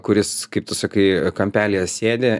kuris kaip tu sakai kampelyje sėdi